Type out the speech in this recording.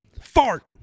Fart